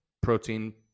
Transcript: protein